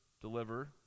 deliver